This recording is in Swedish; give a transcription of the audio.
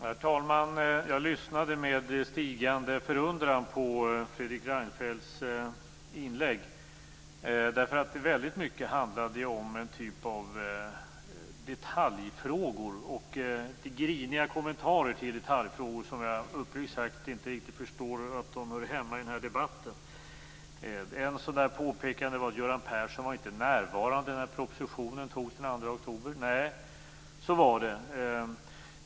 Herr talman! Jag lyssnade med stigande förundran på Fredrik Reinfeldts inlägg. Väldigt mycket handlade om en typ av detaljfrågor och griniga kommentarer till dessa. Uppriktigt sagt förstår jag inte riktigt hur de hör hemma i den här debatten. Ett sådant påpekande var att Göran Persson inte var närvarande när propositionen antogs den 2 oktober. Och så var det.